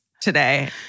today